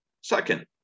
Second